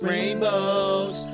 Rainbows